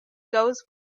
goes